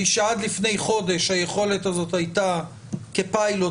היא שעד לפני חודש היכולת הזאת הייתה כפיילוט